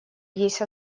есть